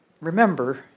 remember